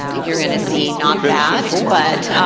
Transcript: you're gonna see not that. but,